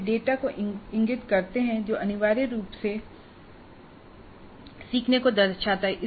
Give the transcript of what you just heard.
वे data को इंगित करते हैं जो अनिवार्य रूप से सीखने को दर्शाता है